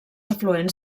afluents